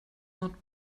not